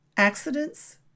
Accidents